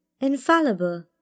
infallible